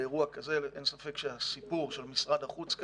באירוע הבין-לאומי היו הרבה מאוד דוברים,